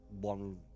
one